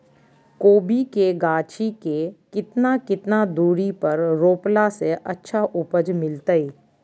कोबी के गाछी के कितना कितना दूरी पर रोपला से अच्छा उपज मिलतैय?